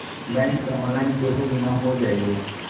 Bank से online केहु बिमा हो जाईलु?